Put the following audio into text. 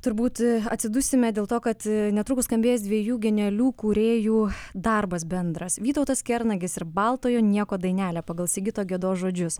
turbūt atsidusime dėl to kad netrukus skambės dviejų genialių kūrėjų darbas bendras vytautas kernagis ir baltojo nieko dainelė pagal sigito gedos žodžius